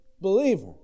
believer